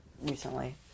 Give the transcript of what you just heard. recently